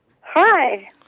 Hi